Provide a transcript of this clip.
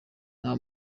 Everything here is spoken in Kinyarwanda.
nta